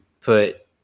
put